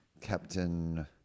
Captain